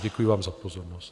Děkuji vám za pozornost.